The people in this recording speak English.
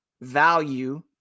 value